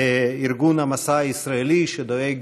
וארגון מסע ישראלי, שדואג